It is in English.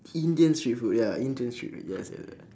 indian street food ya indian street food yes yes yes